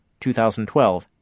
2012